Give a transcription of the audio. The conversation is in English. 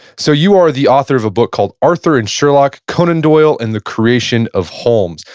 so you are the author of a book called, arthur and sherlock conan doyle and the creation of holmes.